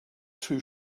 too